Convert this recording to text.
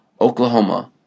Oklahoma